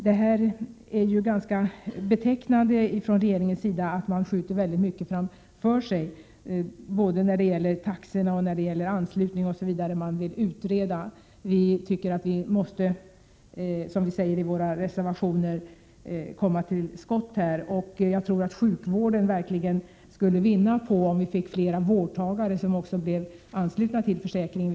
Det är betecknande för regeringen att man skjuter så mycket framför sig både när det gäller taxorna och när det gäller anslutningen; man vill utreda. Vi tycker att vi, som vi säger i våra reservationer, måste komma till skott. Jag tror att sjukvården verkligen skulle vinna på att vi fick fler vårdgivare som också blev anslutna till försäkringen.